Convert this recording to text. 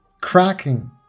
cracking